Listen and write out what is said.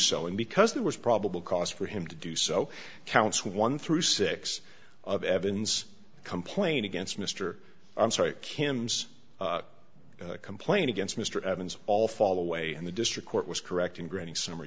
so and because there was probable cause for him to do so counts one through six of evan's complaint against mr i'm sorry kim's complaint against mr evans all fall away and the district court was correct in granting summ